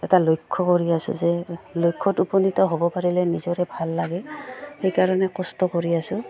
এটা লক্ষ্য কৰি আছোঁ যে লক্ষ্যত উপনীত হ'ব পাৰিলে নিজৰে ভাল লাগে সেইকাৰণে কষ্ট কৰি আছোঁ